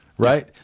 Right